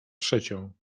trzecią